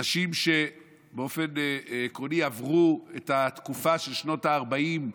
אנשים שבאופן עקרוני עברו את התקופה של שנות הארבעים,